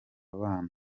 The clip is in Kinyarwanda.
bana